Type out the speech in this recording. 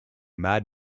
mad